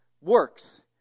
works